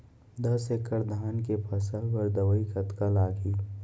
दस एकड़ धान के फसल बर दवई कतका लागही?